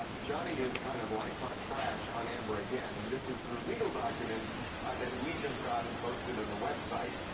um johnny has kind of like talked trash on amber again. and this is through legal documents that we just got and posted on the website.